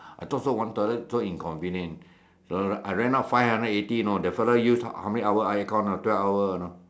I thought so one toilet so inconvenient so I rent out five hundred eighty the fellow use how many hours air con you know twelve hour you know